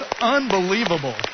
unbelievable